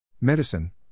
Medicine